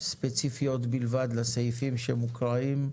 ספציפיות בלבד לסעיפים שמוקראים.